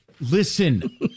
listen